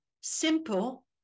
simple